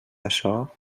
açò